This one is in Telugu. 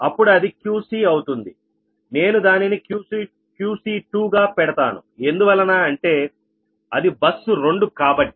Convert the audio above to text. అప్పుడు అది QC అవుతుంది నేను దానినిQC2గా పెడతాను ఎందువలన అంటే అది బస్ 2 కాబట్టి